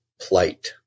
plight